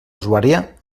usuària